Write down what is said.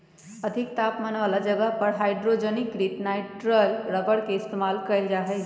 अधिक तापमान वाला जगह पर हाइड्रोजनीकृत नाइट्राइल रबर के इस्तेमाल कइल जा हई